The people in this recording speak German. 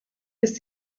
ist